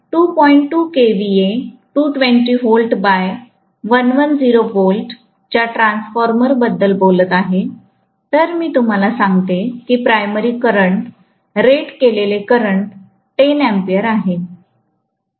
2 kVA 220 volt by ११० volt च्या transformer बद्दल बोलत आहे तर मी तुम्हाला सांगितले की प्राइमरी करंट रेट केलेले करंट 10 Aआहे